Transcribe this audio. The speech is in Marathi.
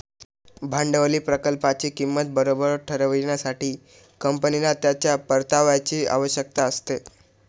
भांडवली प्रकल्पाची किंमत बरोबर ठरविण्यासाठी, कंपनीला त्याच्या परताव्याची आवश्यकता असते